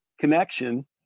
connection